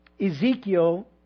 Ezekiel